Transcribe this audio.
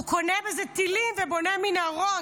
הוא קונה בזה טילים ובונה מנהרות,